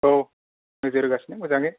औ नोजोर होगासिनो मोजाङै